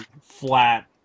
flat